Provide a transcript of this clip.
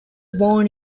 born